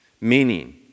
meaning